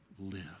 live